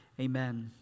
Amen